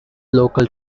local